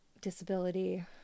disability